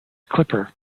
clipper